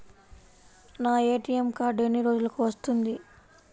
నా ATM card ఎన్ని రోజులకు వస్తుంది?